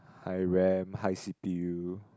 high Ram high C_P_U